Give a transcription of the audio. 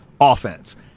offense